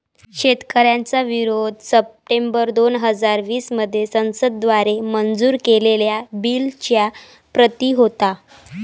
शेतकऱ्यांचा विरोध सप्टेंबर दोन हजार वीस मध्ये संसद द्वारे मंजूर केलेल्या बिलच्या प्रति होता